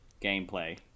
gameplay